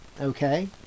okay